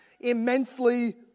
immensely